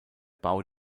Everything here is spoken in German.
bau